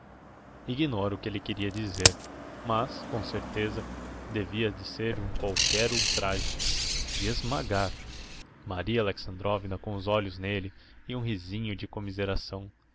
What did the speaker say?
ignoro o que é que elle queria dizer mas com certeza devia de ser um qualquer ultrage de esmagar maria alexandrovna com os olhos n'elle e um risinho de commiseração